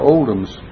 Oldham's